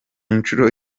nshuro